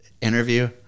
interview